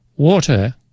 water